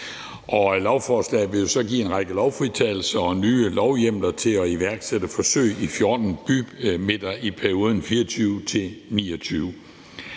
Og lovforslaget vil så give en række lovfritagelser og og nye lovhjemler til at iværksætte forsøg i 14 bymidter i perioden 2024-2029.